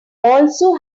also